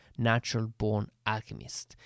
naturalbornalchemist